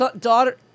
Daughter